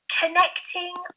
connecting